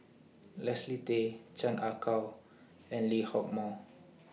Leslie Tay Chan Ah Kow and Lee Hock Moh